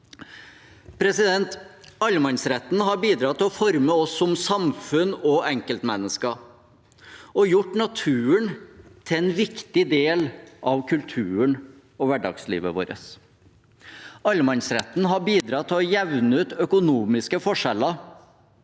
seier. Allemannsretten har bidratt til å forme oss som samfunn og enkeltmennesker og gjort naturen til en viktig del av kulturen og hverdagslivet vårt. Allemannsretten har bidratt til å jevne ut økonomiske forskjeller.